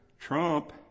Trump